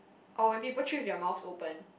or when people chew with their mouths open